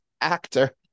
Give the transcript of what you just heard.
actor